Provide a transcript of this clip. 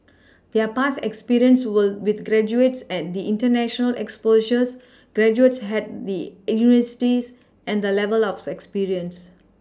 their past experience will with graduates at the international exposure graduates had the universities and the level of expertise